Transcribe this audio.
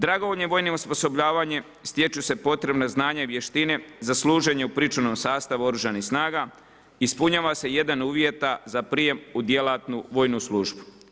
Dragovoljnim vojnim osposobljavanjem stječu se potrebna znanja i vještine za služenje u pričuvnom sastavu oružanih snaga, ispunjava se jedan uvjeta, za prijem u djelatnu vojnu službu.